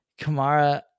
Kamara